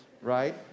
right